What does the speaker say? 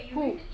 who